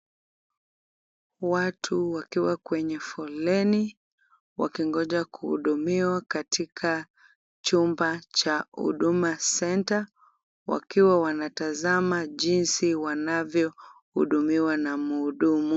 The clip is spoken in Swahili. Watu wakiwa kwenye foleni wakingoja kuhudumiwa katika chumba cha Huduma Centre wakiwa wanatazama jinsi wanavyohudumiwa na mhudumu.